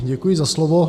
Děkuji za slovo.